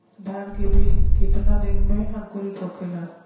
धान के बिज कितना दिन में अंकुरित होखेला?